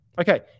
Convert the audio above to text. Okay